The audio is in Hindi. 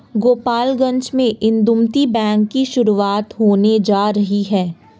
गोपालगंज में इंदुमती बैंक की शुरुआत होने जा रही है